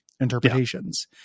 interpretations